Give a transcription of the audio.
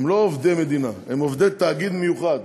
הם לא עובדי מדינה, הם עובדי תאגיד מיוחד